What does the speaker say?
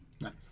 Nice